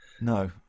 No